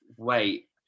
wait